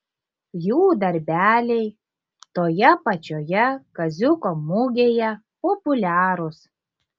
jų darbeliai toje pačioje kaziuko mugėje populiarūs